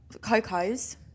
Coco's